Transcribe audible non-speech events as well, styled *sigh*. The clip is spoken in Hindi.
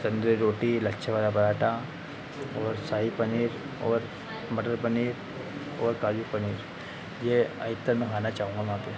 तंदूरी रोटी लच्छे वाला पराठा और शाही पनीर और मटर पनीर और काजू पनीर ये *unintelligible* मैं खाना चाहूंगा वहां पे